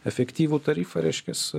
efektyvų tarifą reiškias